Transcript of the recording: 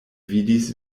vidis